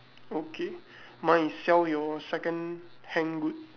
okay mine is sell your second-hand good